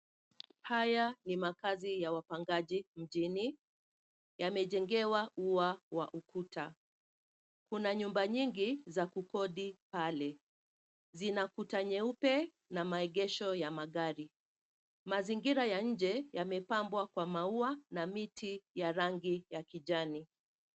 Haya ni makazi ya wapangaji mjini. Yamejengewa ua wa ukuta. Kuna nyumba nyingi za kukodi pale. Zina kuta nyeupe na maegesho ya gari. Mazingira ya nje yamepambwa kwa maua na miti ya rangi ya kijani.